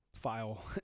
file